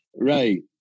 Right